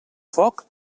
foc